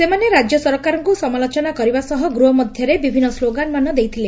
ସେମାନେ ରାଜ୍ୟ ସରକାରଙ୍କୁ ସମାଲୋଚନା କରିବା ସହ ଗୃହ ମଧ୍ଧରେ ବିଭିନ୍ ସ୍କୋଗାନମାନ ଦେଇଥିଲେ